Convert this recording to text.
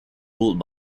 ruled